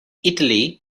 italy